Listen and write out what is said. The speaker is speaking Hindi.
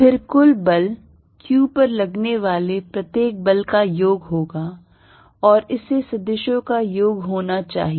फिर कुल बल q पर लगने वाले प्रत्येक बल का योग होगा और इसे सदिशों का योग होना चाहिए